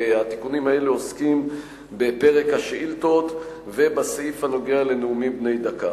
והתיקונים האלה עוסקים בפרק השאילתות ובסעיף הנוגע לנאומים בני דקה.